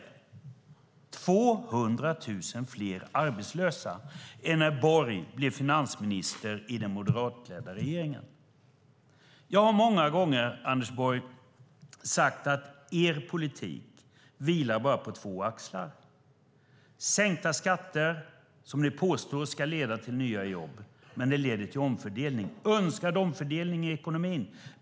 Det är nu 200 000 fler arbetslösa än när Borg blev finansminister i den moderatledda regeringen. Jag har många gånger, Anders Borg, sagt att er politik vilar bara på två axlar. Det handlar om sänkta skatter, som ni påstår ska leda till nya jobb men som leder till önskad omfördelning i ekonomin.